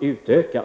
utökas?